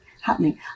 happening